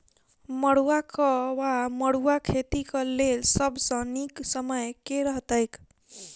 मरुआक वा मड़ुआ खेतीक लेल सब सऽ नीक समय केँ रहतैक?